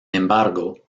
embargo